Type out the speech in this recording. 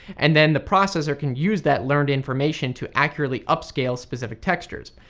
and then the processor can use that learned information to accurately upscale specific textures.